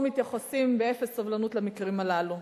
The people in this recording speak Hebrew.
לא מתייחסים באפס סובלנות למקרים הללו.